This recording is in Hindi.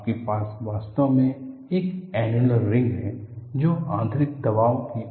आपके पास वास्तव में एक एन्नुलर रिंग है जो आंतरिक दबाव के अधीन है